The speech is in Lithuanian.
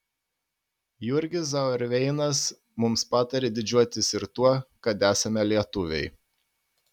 jurgis zauerveinas mums patarė didžiuotis ir tuo kad esame lietuviai